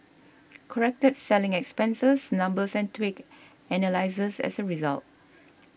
corrected selling expenses numbers and tweaked analyses as a result